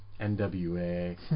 NWA